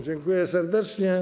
Dziękuję serdecznie.